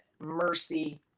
mercy